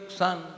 son